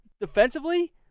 defensively